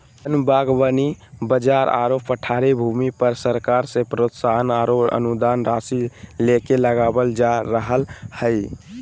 वन बागवानी बंजर आरो पठारी भूमि पर सरकार से प्रोत्साहन आरो अनुदान राशि देके लगावल जा रहल हई